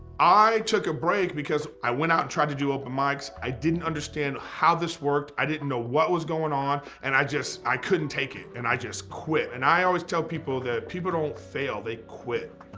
i took a break because, i went out and tried to do open mics, i didn't understand how this worked, i didn't know what was going on. and i just, i couldn't take it and i just quit. and i always tell people that people don't fail, they quit.